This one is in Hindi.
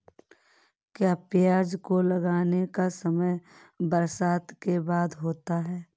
क्या प्याज को लगाने का समय बरसात के बाद होता है?